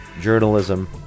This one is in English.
Journalism